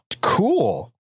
cool